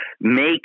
make